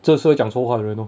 这是会讲错话的人 lor